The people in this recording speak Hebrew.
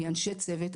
מאנשי צוות.